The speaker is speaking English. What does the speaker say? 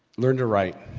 learn to write,